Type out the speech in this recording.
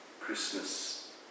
Christmas